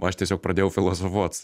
aš tiesiog pradėjau filosofuot